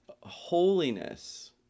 holiness